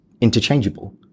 interchangeable